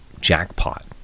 jackpot